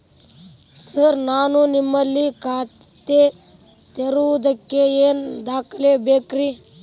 Sir ನಾನು ನಿಮ್ಮಲ್ಲಿ ಖಾತೆ ತೆರೆಯುವುದಕ್ಕೆ ಏನ್ ದಾಖಲೆ ಬೇಕ್ರಿ?